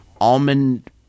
Almond